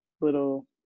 little